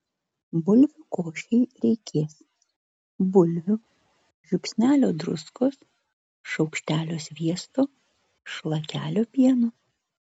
bulvių košei reikės bulvių žiupsnelio druskos šaukštelio sviesto šlakelio pieno